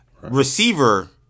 Receiver